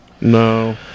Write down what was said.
No